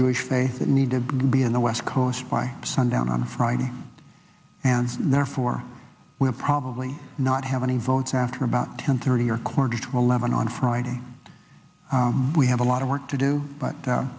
jewish faith that need to be in the west coast by sundown on friday and therefore will probably not have any votes after about ten thirty or quarter to eleven on friday we have a lot of work to do but